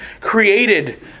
created